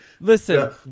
Listen